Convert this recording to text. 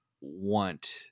want